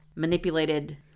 manipulated